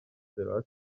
دراز